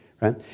right